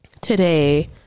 today